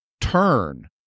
turn